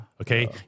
okay